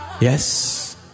Yes